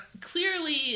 clearly